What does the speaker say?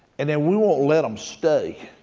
and then we won't let them stay,